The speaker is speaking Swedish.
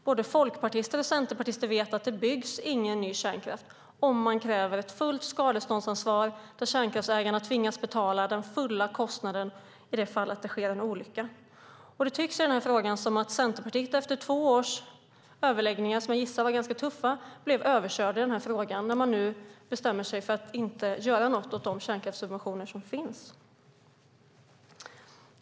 Både folkpartister och centerpartister vet att det inte byggs någon ny kärnkraft om man kräver ett fullt skadeståndsansvar där kärnkraftsägarna tvingas betala den fulla kostnaden ifall det sker en olycka. Det tycks i den frågan som att Centerpartiet efter två års överläggningar, som jag gissar var ganska tuffa, blev överkörda i den här frågan. Man bestämmer sig nu för att inte göra något åt de kärnkraftssubventioner som finns.